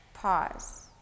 Pause